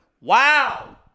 wow